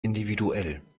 individuell